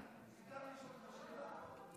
מותר לשאול אותך שאלה?